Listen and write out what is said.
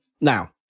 Now